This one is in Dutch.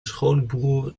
schoonbroer